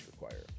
require